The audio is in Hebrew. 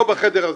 כאן, בחדר הזה.